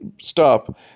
stop